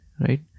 right